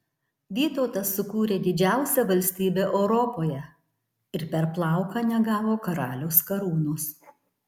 vytautas sukūrė didžiausią valstybę europoje ir per plauką negavo karaliaus karūnos